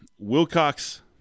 Wilcox